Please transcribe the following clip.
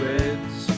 Reds